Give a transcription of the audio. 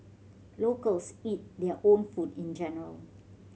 locals eat their own food in general